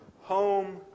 home